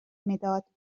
مداد